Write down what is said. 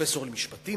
פרופסור למשפטים,